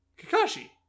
Kakashi